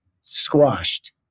squashed